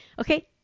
Okay